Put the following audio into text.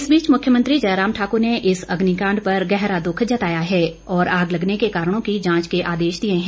इस बीच मुख्यमंत्री जयराम ठाकुर ने इस अग्निकांड पर गहरा दुख जताया है और आग लगने के कारणों की जांच के आदेश दिए हैं